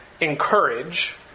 encourage